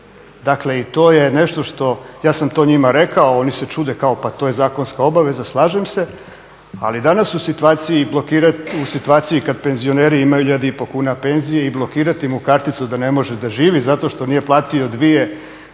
Dakle, i to je nešto što, ja sam to njima rekao, oni se čude kao pa to je zakonska obaveza. Slažem se, ali danas u situaciju kad penzioneri imaju 1500 kuna penzije i blokirati mu karticu da ne može da živi zato što nije platio dvije